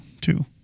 two